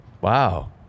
wow